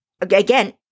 again